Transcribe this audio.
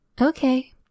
Okay